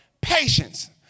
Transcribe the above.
patience